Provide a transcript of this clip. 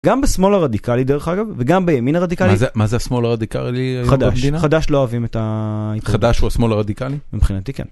גם בשמאל הרדיקלי, דרך אגב, וגם בימין הרדיקלי. מה זה השמאל הרדיקלי? חדש, חדש לא אוהבים את ה... חדש הוא השמאל הרדיקלי? מבחינתי כן.